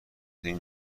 این